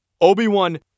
Obi-Wan